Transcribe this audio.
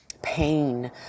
pain